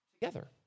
together